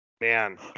Man